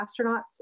astronauts